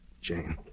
Jane